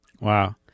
Wow